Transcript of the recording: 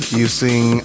using